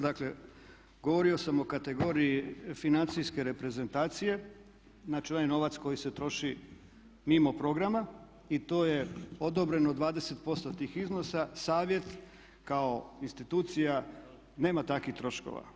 Dakle govorio sam o kategoriji financijske reprezentacije, znači onaj novac koji se troši mimo programa i to je odobreno 20% tih iznosa Savjet kao institucija nema takvih troškova.